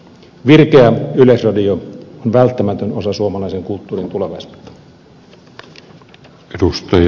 virkeä yleisradio on välttämätön osa suomalaisen kulttuurin tulevaisuutta